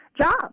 job